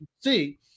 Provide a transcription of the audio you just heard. See